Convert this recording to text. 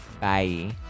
Bye